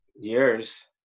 years